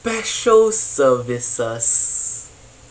special services